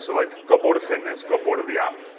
so like, got bored of fitness, got bored of the app.